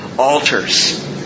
altars